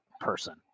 person